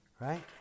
Right